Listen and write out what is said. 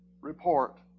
report